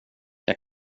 jag